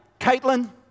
Caitlin